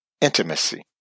intimacy